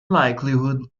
likelihood